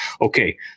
Okay